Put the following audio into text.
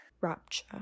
Rapture